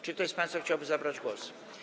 Czy ktoś z państwa chciałby zabrać głos?